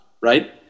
Right